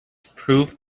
proved